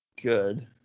good